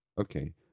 Okay